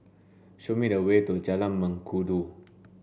show me the way to Jalan Mengkudu